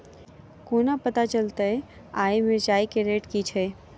कोना पत्ता चलतै आय मिर्चाय केँ रेट की छै?